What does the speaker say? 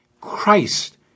Christ